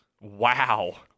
Wow